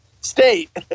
state